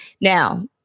Now